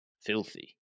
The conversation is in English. filthy